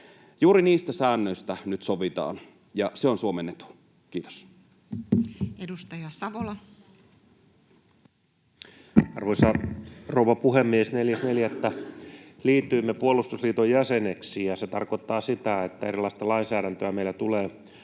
Juuri niistä säännöistä nyt sovitaan, ja se on Suomen etu. — Kiitos. Edustaja Savola. Arvoisa rouva puhemies! 4.4. liityimme puolustusliiton jäseneksi, ja se tarkoittaa sitä, että erilaista lainsäädäntöä meillä tulee